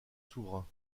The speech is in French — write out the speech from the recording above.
souverain